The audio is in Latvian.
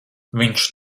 viņš